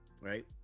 Right